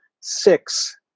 six